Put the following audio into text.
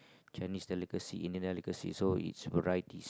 Chinese delicacy Indian delicacy so is variety